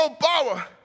power